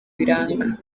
biranga